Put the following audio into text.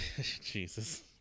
jesus